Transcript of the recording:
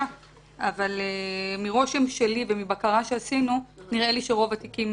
אבל מהרושם שלי ומבקרה שעשינו נראה לי שרוב התיקים